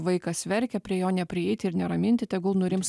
vaikas verkia prie jo neprieiti ir neraminti tegul nurims